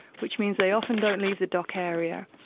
which means they often don't leave the dock area,